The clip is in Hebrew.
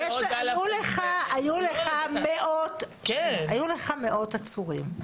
היו לך מאות עצורים.